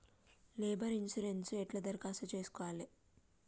Labour insurance ఎట్ల దరఖాస్తు చేసుకోవాలే?